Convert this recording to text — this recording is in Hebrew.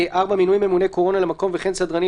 (4)מינוי ממונה קורונה למקום וכן סדרנים